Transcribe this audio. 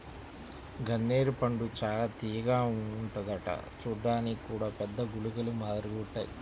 గన్నేరు పండు చానా తియ్యగా ఉంటదంట చూడ్డానికి గూడా పెద్ద గుళికల మాదిరిగుంటాయ్